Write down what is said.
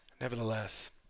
nevertheless